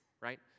right